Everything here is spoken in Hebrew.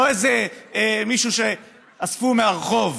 לא איזה מישהו שאספו מהרחוב,